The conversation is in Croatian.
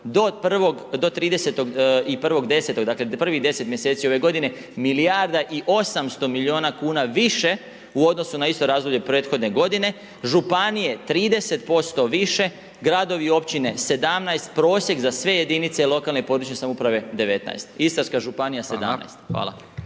Do 31.10. dakle prvih 10 mjeseci ove godine milijarda i 800 miliona kuna više u odnosu na isto razdoblje prethodne godine, županije 30% više, gradovi i općine 17, prosjek za sve jedinice lokalne i područne samouprave 19, Istarska županija 17. Hvala.